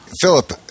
Philip